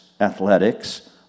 athletics